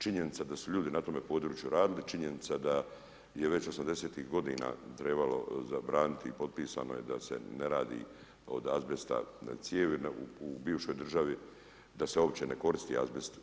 Činjenica da su ljudi na tome području radili, činjenica da je već 80.-tih godina trebalo zabraniti i potpisano je da se ne radi od azbesta cijevi u bivšoj državi, da se uopće ne koristi azbest.